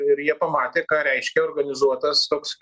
ir jie pamatė ką reiškia organizuotas toks